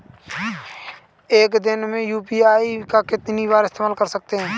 एक दिन में यू.पी.आई का कितनी बार इस्तेमाल कर सकते हैं?